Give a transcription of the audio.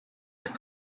with